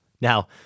Now